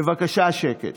בבקשה שקט.